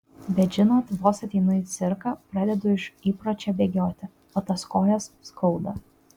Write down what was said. bet žinot vos ateinu į cirką pradedu iš įpročio bėgioti o tas kojas skauda